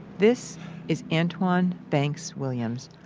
this is antwan banks williams.